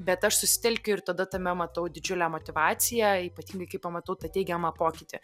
bet aš susitelkiu ir tada tame matau didžiulę motyvaciją ypatingai kai pamatau tą teigiamą pokytį